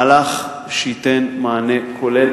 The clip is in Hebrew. מהלך שייתן מענה כולל.